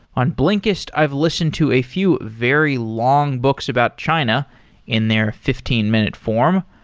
on blinkist, i've listened to a few very long books about china in their fifteen minute form.